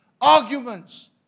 arguments